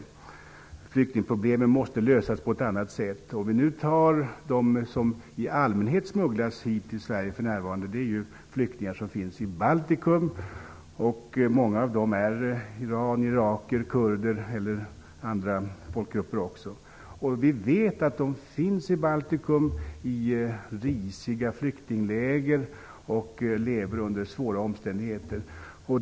Flyktingproblemen måste lösas på ett annat sätt. De flyktingar som smugglas till Sverige finns i allmänhet i Baltikum, och det är iranier, irakier, kurder eller andra folkgrupper. Vi vet att de finns i Baltikum i risiga flyktingläger och lever under svåra omständigheter.